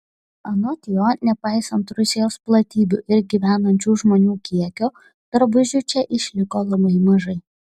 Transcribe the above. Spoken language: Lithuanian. anot jo nepaisant rusijos platybių ir gyvenančių žmonių kiekio drabužių čia išliko labai mažai